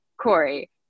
Corey